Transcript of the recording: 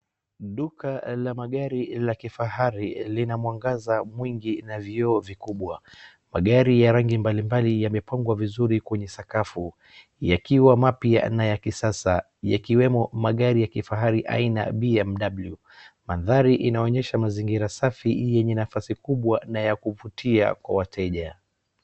Duka la magari la kifahari, lina mwangaza mwingi na vioo vikubwa. Magari ya rangi mbalimbali yamepangwa vizuri kwenye sakafu, yakiwa mapya na ya kisasa, yakiwemo magari ya kifahari aina BMW. Mandhari inaonyesha mazingira safi yenye nafasi kubwa na ya kuvutia kwa wateja.